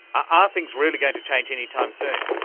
are things really going to change any time soon?